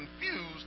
confused